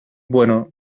bueno